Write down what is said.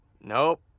Nope